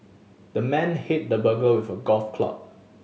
the man hit the burglar with a golf club